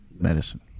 medicine